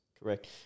Correct